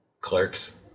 Clerks